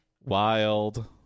wild